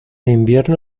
invierno